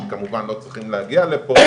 שכמובן לא צריכים להגיע לפה,